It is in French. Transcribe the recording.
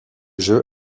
jeu